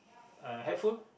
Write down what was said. uh helpful